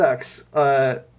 sucks